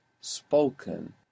spoken